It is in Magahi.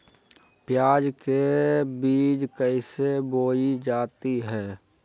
प्याज के बीज कैसे बोई जाती हैं?